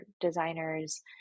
designers